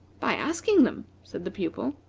by asking them, said the pupil.